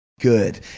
good